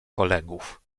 kolegów